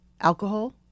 alcohol